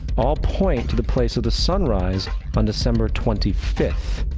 all point to the place of the sunrise on december twenty fifth.